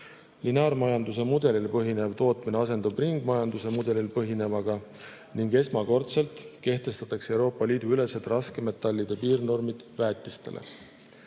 lineaarmajanduse mudelil põhinev tootmine asendub ringmajanduse mudelil põhinevaga ning esmakordselt kehtestatakse väetistele Euroopa Liidu ülesed raskmetallide piirnormid. Põhilised